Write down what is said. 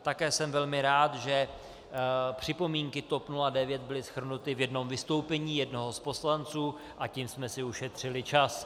Také jsem velmi rád, že připomínky TOP 09 byly shrnuty v jednom vystoupení jednoho z poslanců a tím jsme si ušetřili čas.